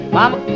Mama